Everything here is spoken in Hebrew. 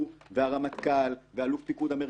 הוא והרמטכ"ל, ואלוף פיקוד המרכז,